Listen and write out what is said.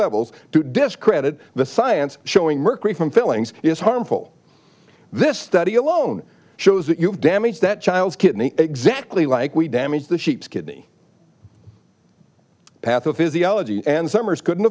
levels to discredit the science showing mercury from fillings is harmful this study alone shows that you have damage that child's kidney exactly like we damage the sheep's kidney pathophysiology and summers couldn't